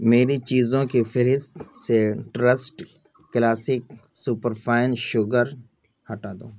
میری چیزوں کی فہرست سے trust classic super fine sugar ہٹا دو